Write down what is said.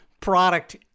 product